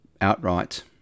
outright